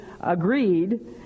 agreed